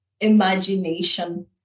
imagination